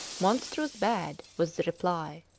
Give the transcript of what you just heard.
monstrous bad, was the reply.